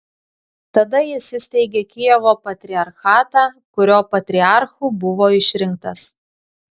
tada jis įsteigė kijevo patriarchatą kurio patriarchu buvo išrinktas